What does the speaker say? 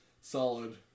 Solid